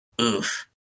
Oof